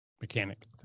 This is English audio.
mechanic